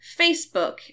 Facebook